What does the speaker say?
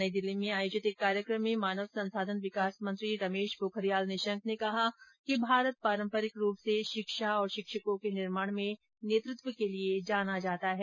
नई दिल्ली में आयोजित कार्यक्रम में मानव संसाधन विकास मंत्री रमेश पोखरियाल ने कहा भारत पारम्परिक रूप से शिक्षा और शिक्षकों के निर्माण में नेतृत्व के लिए जाना जाता है